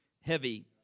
heavy